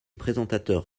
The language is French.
présentateur